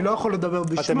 אבל אני לא יכול לדבר בשמה.